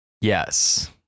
Yes